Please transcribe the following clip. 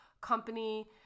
company